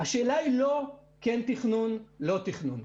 השאלה היא לא כן תכנון או לא תכנון,